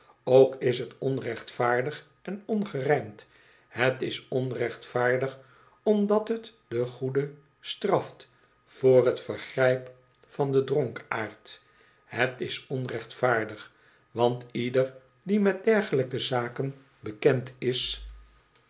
ook is t onrechtvaardig en ongerijmd het is onrechtvaardig omdat het den goede straft voor t vergrijp van den dronkaard het is onrechtvaardig want ieder die met dergelijke zaken bekendis